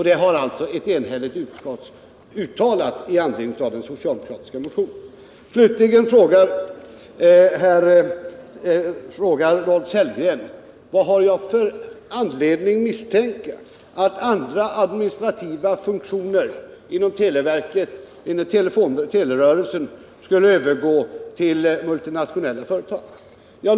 Det har alltså ett enhälligt utskott uttalat med anledning av den socialdemokratiska motionen. Slutligen frågar Rolf Sellgren vad jag har för anledning att misstänka att andra administrativa funktioner inom telerörelsen skulle övergå till multinationella företag.